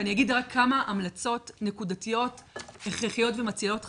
ואני אגיד רק כמה המלצות נקודתיות הכרחיות ומצילות חיים.